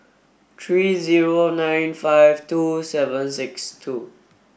three zero nine five two seven six two